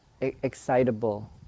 excitable